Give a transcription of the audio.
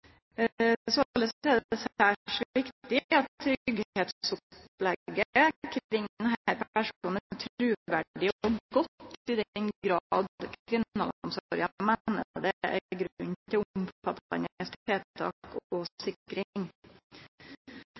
truverdig og godt i den grad kriminalomsorga meiner det er grunn til omfattande tiltak og sikring.